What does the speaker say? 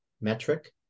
metric